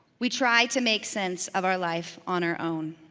we try to make sense of our life on our own.